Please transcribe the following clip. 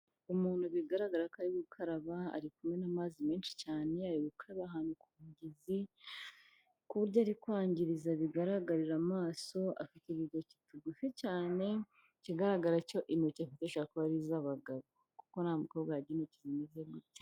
Umuntu bigaragara ko ari gukaraba, arikumena amazi menshi cyane, ari gukaraba ahantu ku mugezi, ku buryo ari kwangiriza bigaragarira amaso, afite udutoki tugufi cyane, ikigaragara cyo intoki afite zishobora kuba ari iz'abagabo, kuko nta mukobwa wagira intoki zimeze gutya.